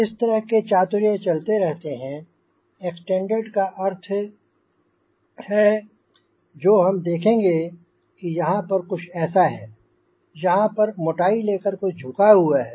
इस तरह के चातुर्य चलते रहते हैं और एक्सटेंडेड का अर्थ है जो हम देखेंगे कि यहाँ पर कुछ ऐसा है यहाँ पर मोटाई लेकर कुछ झुका हुआ है